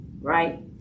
right